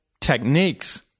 techniques